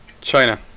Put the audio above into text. China